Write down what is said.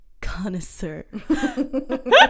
connoisseur